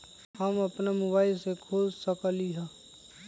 हम अपना मोबाइल से खोल सकली ह?